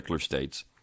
states